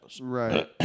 Right